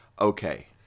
Okay